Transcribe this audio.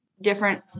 different